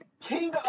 King